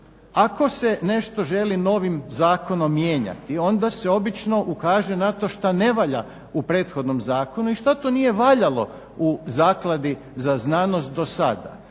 Ako se nešto želi novim zakonom mijenjati, onda se obično ukaže na to što ne valja u prethodnom zakonu i šta to nije valjalo u Zakladi za znanosti do sada.